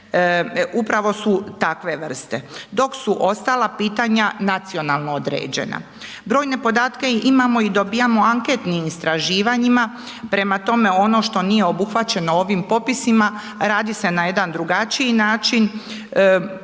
upravo su takve vrste dok su ostala pitanja nacionalno određena. Brojne podatke i imamo i dobijamo anketnim istraživanjima, prema tome ono što nije obuhvaćeno ovim popisima radi se n jedan drugačiji način